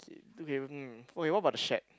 K okay mm okay what about the shack